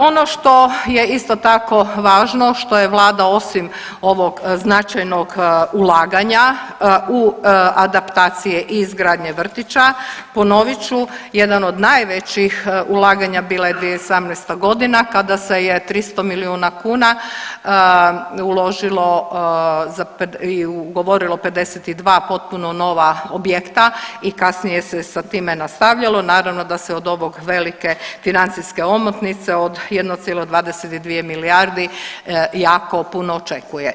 Ono što je isto tako važno što je vlada osim ovog značajnog ulaganja u adaptacije i izgradnje vrtića, ponovit ću, jedan od najvećih ulaganja bila je 2018.g. kada se je 300 milijuna kuna uložilo i ugovorilo 52 potpuno nova objekta i kasnije se sa time nastavilo, naravno da se od ovog, velike financijske omotnice od 1,22 milijardi jako puno očekuje.